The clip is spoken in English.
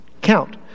Count